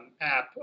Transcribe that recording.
app